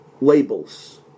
labels